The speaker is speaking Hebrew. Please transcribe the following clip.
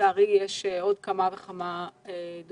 לצערי יש עוד כמה וכמה דוגמאות.